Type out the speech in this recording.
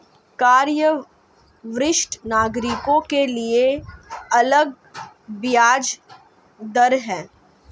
क्या वरिष्ठ नागरिकों के लिए अलग ब्याज दर है?